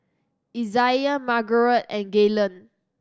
Izaiah Margarete and Gaylen